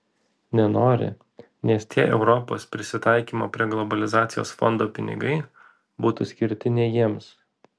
nenori nes tie europos prisitaikymo prie globalizacijos fondo pinigai būtų skirti ne jiems